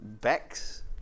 Bex